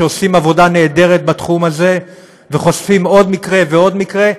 שעושים עבודה נהדרת בתחום הזה וחושפים עוד מקרה ועוד מקרה,